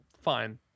fine